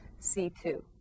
c2